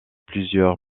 plusieurs